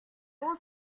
all